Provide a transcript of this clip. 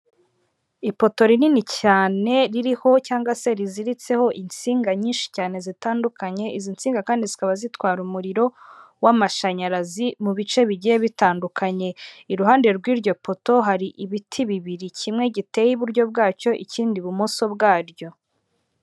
Ipoto rinini cyane, ririho cyangwa se riziritseho itsinga nyinshi cyane zitandukanye, izi tsinga kandi zikaba zitwara umuriro w'amashanyarazi mu bice bigiye bitandukanye, iruhande rw'iryo poto hari ibiti bibiri kimwe giteye iburyo bwacyo ikindi i bumoso bwaryo.